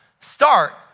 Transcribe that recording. start